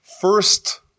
first